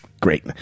great